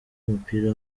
w’umupira